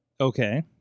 Okay